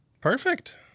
Perfect